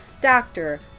doctor